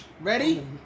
Ready